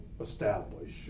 establish